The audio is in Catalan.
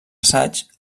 assaigs